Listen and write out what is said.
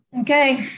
Okay